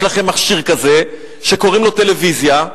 יש לכם מכשיר כזה שקוראים לו טלוויזיה,